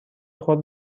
خود